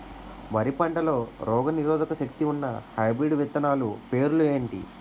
వరి పంటలో రోగనిరోదక శక్తి ఉన్న హైబ్రిడ్ విత్తనాలు పేర్లు ఏంటి?